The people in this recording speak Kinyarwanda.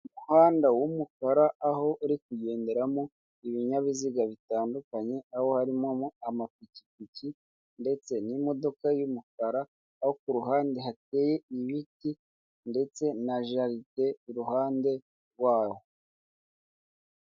Umuhanda w'umukara aho uri kugenderamo ibinyabiziga bitandukanye, aho harimo mo amapikipiki ndetse n'imodoka y'umukara, aho ku ruhande heteye ibiti ndetse na jaride iruhande rwawo.